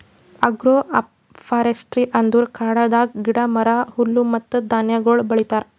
agro forestry ಅಂದುರ್ ಕಾಡದಾಗ್ ಗಿಡ, ಮರ, ಹುಲ್ಲು ಮತ್ತ ಧಾನ್ಯಗೊಳ್ ಬೆಳಿತಾರ್